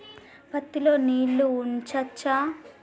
పత్తి లో నీళ్లు ఉంచచ్చా?